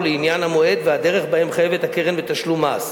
לעניין המועד והדרך שבהם חייבת הקרן בתשלום מס.